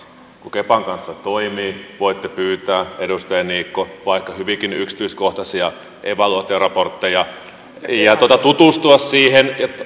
kun kepan kanssa toimii voitte pyytää edustaja niikko vaikka hyvinkin yksityiskohtaisia evaluaatioraportteja ja tutustua niihin